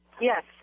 Yes